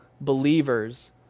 Believers